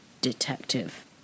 detective